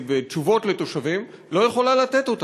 ותשובות לתושבים, לא יכולה לתת אותם.